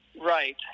right